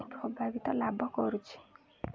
ଅଭାବିତ ଲାଭ କରୁଛି